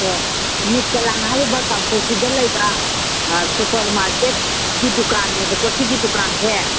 ꯑꯣ ꯅꯨꯠ ꯀꯂꯥꯡ ꯍꯥꯏꯔꯤꯕ ꯀꯥꯡꯄꯣꯛꯄꯤꯗ ꯂꯩꯕ ꯁꯨꯄꯔ ꯃꯥꯔꯀꯦꯠꯀꯤ ꯗꯨꯀꯥꯟꯅꯦꯕꯀꯣꯁꯤꯒꯤ ꯗꯨꯀꯥꯟꯁꯦ